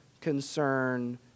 concern